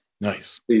Nice